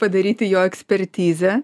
padaryti jo ekspertizę